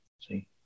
See